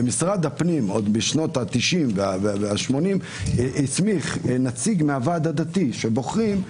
ומשרד הפנים עוד בשנות ה-80 וה-90 הסמיך נציג מהוועד הדתי שבוחרים.